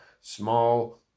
small